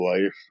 life